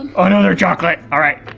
um another chocolate. alright.